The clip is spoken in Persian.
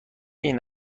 این